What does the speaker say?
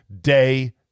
day